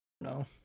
no